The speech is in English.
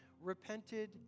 repented